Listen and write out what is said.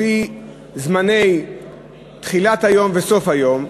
לפי זמני תחילת היום וסוף היום.